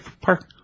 Park